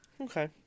Okay